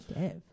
Dev